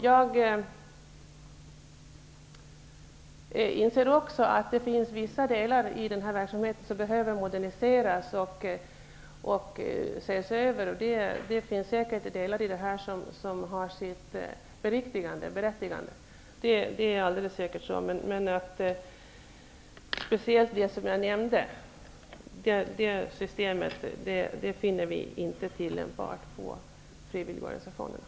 Jag inser också att det finns vissa delar i verksamheten som behöver moderniseras och ses över, och en del har säkert sitt berättigande. Men speciellt det system som jag nämnde finner vi inte tillämpbart på frivilligorganisationerna.